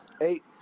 eight